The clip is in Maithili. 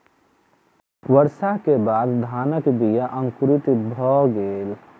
वर्षा के बाद धानक बीया अंकुरित भअ गेल